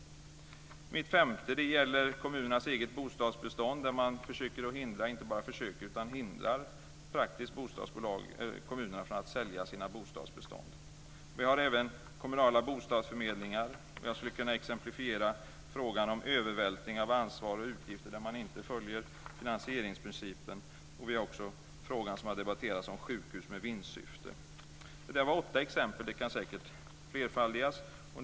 Mitt femte exempel gäller kommunernas eget bostadsbestånd. Man hindrar praktiskt kommunerna från att sälja sina bostadsbestånd. Vi har även kommunala bostadsförmedlingar. Jag skulle kunna exemplifiera med frågan om övervältring av ansvar och utgifter, där man inte följer finansieringsprincipen. Vi har också frågan om sjukhus med vinstsyfte, som har debatterats. Det var åtta exempel. De kan säkert flerfaldigas.